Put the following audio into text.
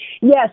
Yes